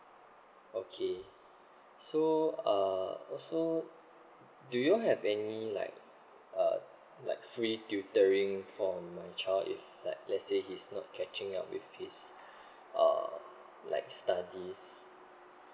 okay so uh also do you have any like uh like free tutoring for my child if like let's say he's not catching up with his uh like studies